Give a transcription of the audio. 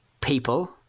people